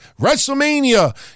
WrestleMania